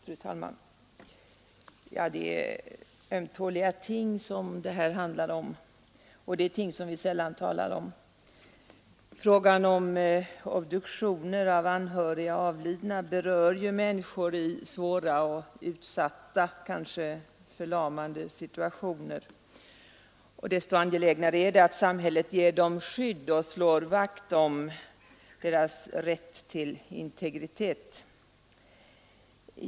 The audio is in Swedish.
Fru talman! Det är ömtåliga ting som det här handlar om, och det är ting som vi sällan talar om. Frågan om obduktioner av anhöriga avlidna berör ju människor i svåra och utsatta, kanske förlamande situationer. Desto angelägnare är det att samhället ger dem skydd och slår vakt om deras rätt till integritet.